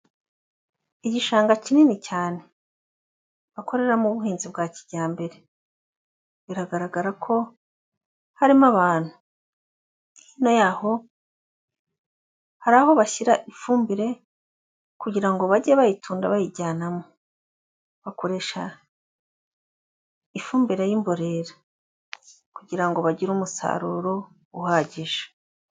Igishanga kinini cyane. Bakorera mu buhinzi bwa kijyambere. Biragaragara ko harimo abantu. Hirya yaho hari aho bashyira ifumbire kugira ngo bage bayitunda bayijyanamo. Bakoresha ifumbire y'imborera kugira ngo bagire umusaruro uhagije.